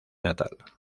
natal